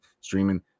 streaming